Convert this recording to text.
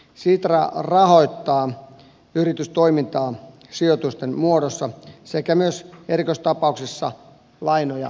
sitra rahoittaa yritystoimintaa sijoitusten muodossa sekä myös erikoistapauksissa lainoja myöntämällä